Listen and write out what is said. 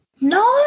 no